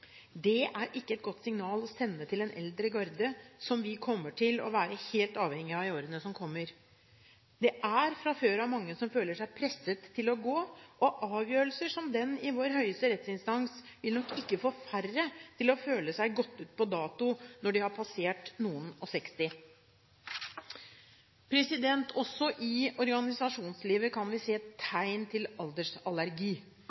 Det er ikke et godt signal å sende til den eldre garde, som vi kommer til å være helt avhengig av i årene som kommer. Det er fra før av mange som føler seg presset til å gå av, og avgjørelser som den i vår høyeste rettsinstans, vil nok ikke få færre til å føle seg gått ut på dato når man har passert noen og seksti. Også i organisasjonslivet kan vi se